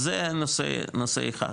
אז זה נושא אחד.